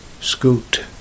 Scoot